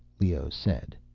leoh said.